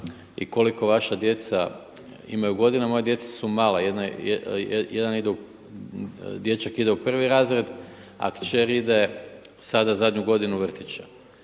i koliko vaša djeca imaju godina. Moja djeca su mala. Jedan ide, dječak ide u prvi razred, a kćer ide sada zadnju godinu vrtića.